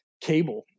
cable